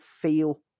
feel